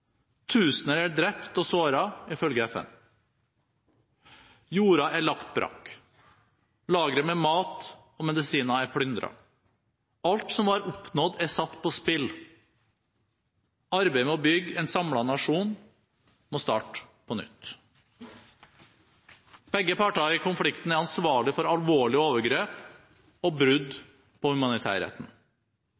Tusener er drept og såret, ifølge FN. Jorder er lagt brakk. Lagre med mat og medisiner er plyndret. Alt som var oppnådd, er satt på spill. Arbeidet med å bygge en samlet nasjon må starte på nytt. Begge parter i konflikten er ansvarlige for alvorlige overgrep og brudd